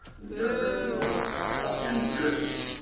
different people and citizens.